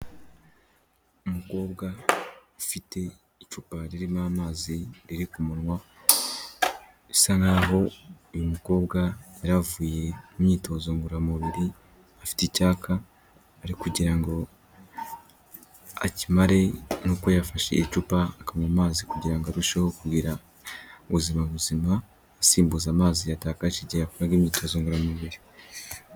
Umukobwa ufite icupa ririmo amazi riri ku munwa, bisa nkaho uyu mukobwa yaravuye imyitozo ngororamubiri afite icyaka, ari kugira ngo akimare. Ni uko yafashe icupakanywa amazi kugira ngo arusheho kugira ubuzima buzima, asimbuza amazi yatakaje igihe yakoraga imyitozo ngororamubiri.